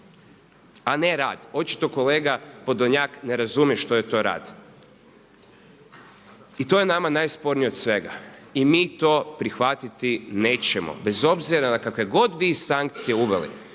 a ne rad. Očito kolega Podolnjak ne razumije što je to rad. I to je nama najspornije od svega. I mi to prihvatiti nećemo bez obzira na kakve god vi sankcije uveli.